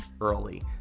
early